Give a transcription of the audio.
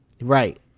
right